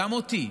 גם אותי: